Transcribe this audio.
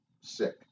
sick